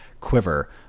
quiver